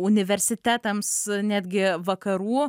universitetams netgi vakarų